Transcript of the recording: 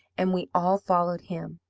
and we all followed him.